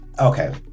okay